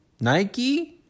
Nike